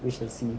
we shall see